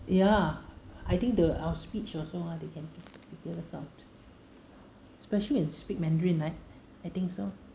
ya I think the our speech also ah they can fig~ figure us out especially when we speak mandarin right I think so